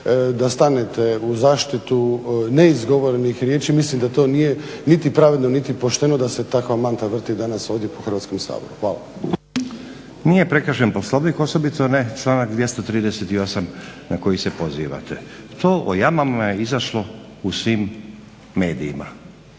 da stanete u zaštitu neizgovorenih riječi mislim da to nije niti pravedno niti pošteno da se takva mantra vrti danas ovdje po Hrvatskom saboru. Hvala. **Stazić, Nenad (SDP)** Nije prekršen Poslovnik osobito ne članak 238.na koji se pozivate. To o jamama je izašlo u svim medijima,